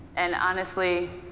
and honestly,